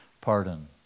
pardon